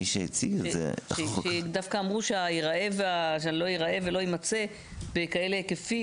מי שהציג את זה --- כי דווקא אמרו שלא יראה ולא ימצא בכאלה היקפים,